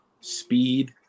speed